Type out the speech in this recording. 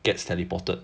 gets teleported